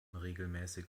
regelmäßig